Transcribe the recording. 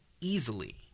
easily